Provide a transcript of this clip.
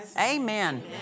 Amen